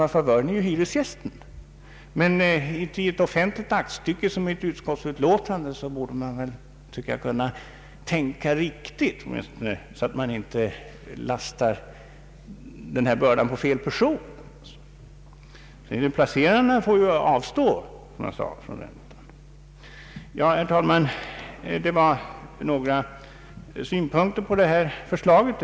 Jag anser att man borde kunna tänka riktigt i ett offentligt aktstycke som ett utskottsutlåtande, så att man inte lastar denna börda på fel person. Placerarna får, som jag sade, avstå från den högre räntan. Herr talman! Jag har nu anfört några synpunkter på detta förslag.